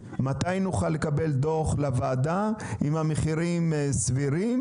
מתי נוכל לקבל דו"ח לוועדה אם המחירים סבירים